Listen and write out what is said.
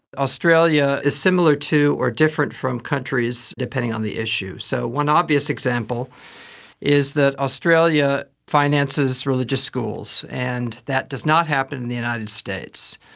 australia is similar to or different from countries, depending on the issue. so one obvious example is that australia finances religious schools, and that does not happen in the united states.